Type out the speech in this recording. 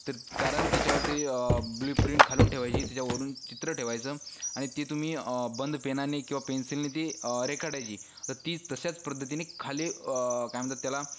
तर कारण तिच्यावर ते ब्लू प्रिंट घालून ठेवायची त्याच्यावरून चित्र ठेवायचं आणि ती तुम्ही बंद पेनाने किंवा पेन्सिलने ती रेखाटायची तर ती तशाच पद्धतीने खाली काय म्हणतात त्याला